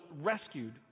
rescued